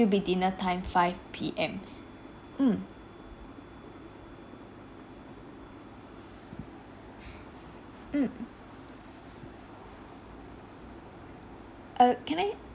be dinner time five P_M mm mm err can I